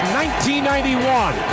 1991